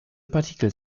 partikel